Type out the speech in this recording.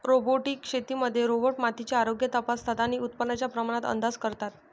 robotic शेतीमध्ये robot मातीचे आरोग्य तपासतात आणि उत्पादनाच्या प्रमाणात अंदाज करतात